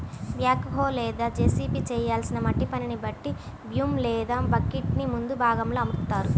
back హో లేదా JCB చేయాల్సిన మట్టి పనిని బట్టి బూమ్ లేదా బకెట్టుని ముందు భాగంలో అమరుత్తారు